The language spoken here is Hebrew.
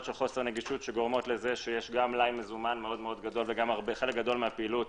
של חוסר נגישות שגורמות לזה שיש מלאי מזומן מאוד גדול וחלק גדול מהפעילות